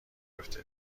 افته